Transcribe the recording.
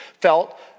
felt